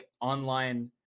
online